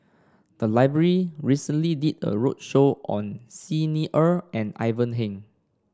the library recently did a roadshow on Xi Ni Er and Ivan Heng